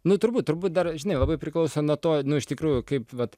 nu turbūt turbūt dar nai labai priklauso nuo to nu iš tikrųjų kaip vat